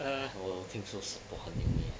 我听说 support 很容易 eh